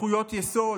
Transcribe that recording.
בזכויות יסוד,